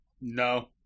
No